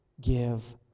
give